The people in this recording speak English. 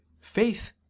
faith